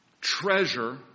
treasure